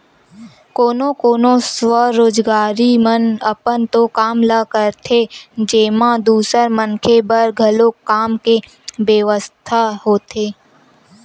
कोनो कोनो स्वरोजगारी मन अपन तो काम ल करथे जेमा दूसर मनखे बर घलो काम के बेवस्था होथे